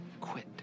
Quit